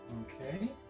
Okay